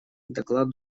доклад